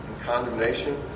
condemnation